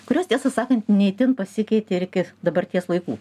kurios tiesą sakant ne itin pasikeitė ir iki dabarties laikų